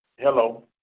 Hello